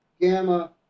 gamma